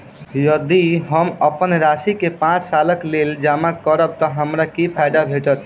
यदि हम अप्पन राशि केँ पांच सालक लेल जमा करब तऽ हमरा की फायदा भेटत?